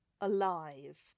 alive